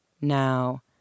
now